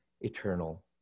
eternal